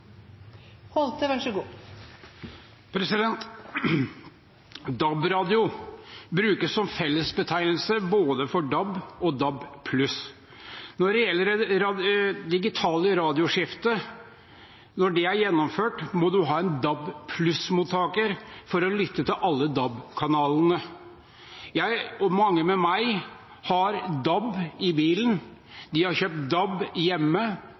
brukes som fellesbetegnelse på både DAB og DAB+. Når det reelle digitale radioskiftet er gjennomført, må du ha en DAB+-mottaker for å lytte til alle DAB-kanalene. Jeg og mange med meg har DAB i bilen. Vi har kjøpt DAB hjemme,